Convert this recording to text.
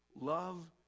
Love